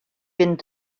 fynd